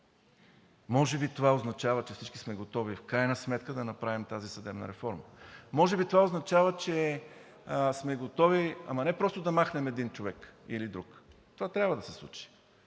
Може би това означава, че всички сме готови в крайна сметка да направим тази съдебна реформа. Това може би означава, че сме готови не просто да махнем един или друг човек – това трябва да се случи,